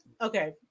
okay